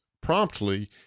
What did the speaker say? promptly